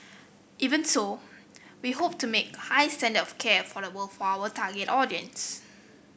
even so we hope to make high standard of care affordable for our target audience